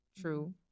True